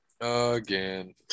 Again